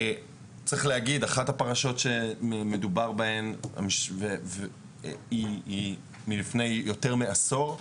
אחת הפרשות שמדובר בהן היא לפני יותר מעשור,